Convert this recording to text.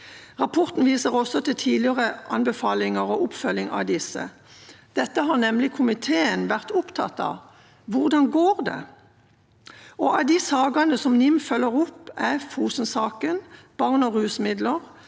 Rapporten viser også til tidligere anbefalinger og oppfølging av disse. Dette har nemlig komiteen har vært opptatt av – hvordan går det? Av de sakene NIM følger opp, er Fosen-saken, barn og rusmidler,